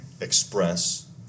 express